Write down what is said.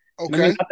Okay